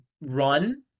run